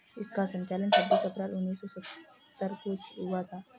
इसका संचालन छब्बीस अप्रैल उन्नीस सौ सत्तर को शुरू हुआ